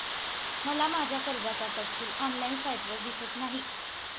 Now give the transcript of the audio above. मला माझ्या कर्जाचा तपशील ऑनलाइन साइटवर दिसत नाही